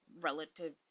relative